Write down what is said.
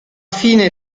fine